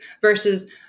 versus